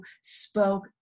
spoke